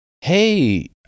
Hey